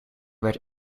werd